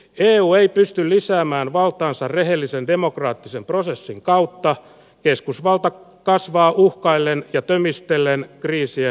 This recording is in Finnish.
eu ei pysty lisäämään valtaansa rehellisen demokraattisen prosessin kautta keskusvalta kasvaa uhkaillen ja tömistellään riisiä